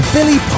Billy